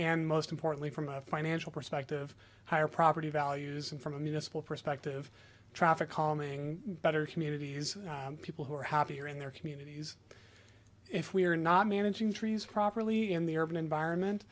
and most importantly from a financial perspective higher property values and from a municipal perspective traffic calming better communities people who are happier in their communities if we are not managing trees properly in the urban environment